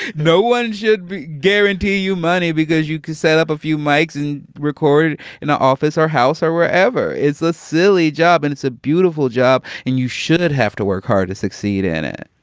no one should guarantee you money because you can set up a few mikes and record in an office or house or wherever it's the silly job and it's a beautiful job and you should have to work hard to succeed in it